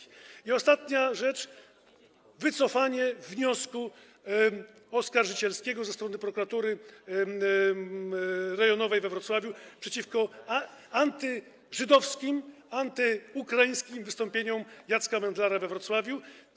I ostatnia rzecz - wycofanie wniosku oskarżycielskiego ze strony Prokuratury Rejonowej we Wrocławiu przeciwko antyżydowskim, antyukraińskim wystąpieniom Jacka Międlara we Wrocławiu.